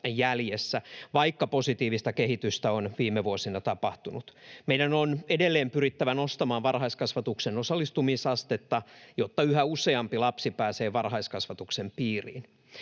jäljessä, vaikka positiivista kehitystä on viime vuosina tapahtunut. Meidän on edelleen pyrittävä nostamaan varhaiskasvatuksen osallistumisastetta, jotta yhä useampi pääsee varhaiskasvatuksen piiriin.